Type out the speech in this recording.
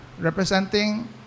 representing